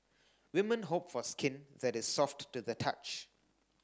women hope for skin that is soft to the touch